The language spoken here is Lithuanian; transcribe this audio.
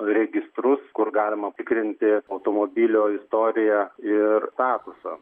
registrus kur galima tikrinti automobilio istoriją ir statusą